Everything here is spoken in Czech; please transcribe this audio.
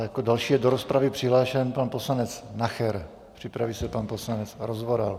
Jako další je do rozpravy přihlášen pan poslanec Nacher, připraví se pan poslanec Rozvoral.